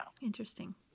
Interesting